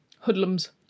hoodlums